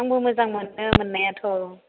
आंबो मोजां मोनो मोननायाथ'